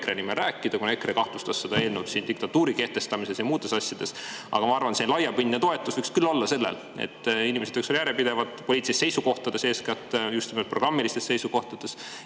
EKRE nimel rääkida, kuna EKRE kahtlustas seda eelnõu siin diktatuuri kehtestamises ja muudes asjades, aga ma arvan, et laiapindne toetus võiks küll olla sellel, et inimesed oleksid järjepidevad poliitilistes seisukohtades, eeskätt just nimelt programmilistes seisukohtades.